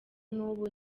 n’ubu